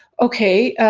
okay,